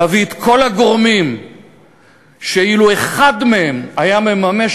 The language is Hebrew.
להביא את כל הגורמים שאילו אחד מהם היה מממש